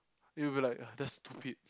you'll be like !ugh! that's stupid